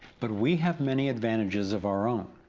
but we have many advantages of our own.